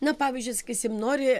na pavyzdžiui sakysim nori